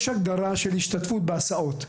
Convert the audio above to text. יש הגדרה של השתתפות בהסעות,